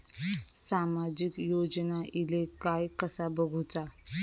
सामाजिक योजना इले काय कसा बघुचा?